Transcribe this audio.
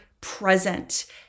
present